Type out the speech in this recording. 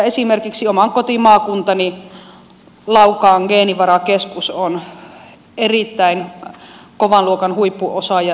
esimerkiksi oman kotimaakuntani laukaan geenivarakeskus on erittäin kovan luokan huippuosaaja